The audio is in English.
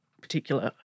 particular